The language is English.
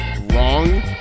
wrong